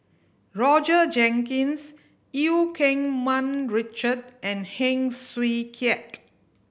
Roger Jenkins Eu Keng Mun Richard and Heng Swee Keat